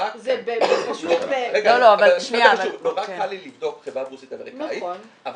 זה פשוט -- נורא קל לי לבדוק חברה בורסאית אמריקאית אבל